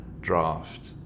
draft